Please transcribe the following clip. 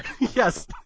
Yes